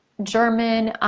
german,